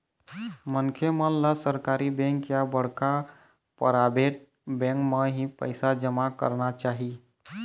मनखे मन ल सरकारी बेंक या बड़का पराबेट बेंक म ही पइसा जमा करना चाही